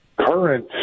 current